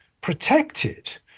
protected